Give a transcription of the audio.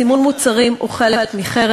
סימון מוצרים הוא חלק מחרם.